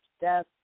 death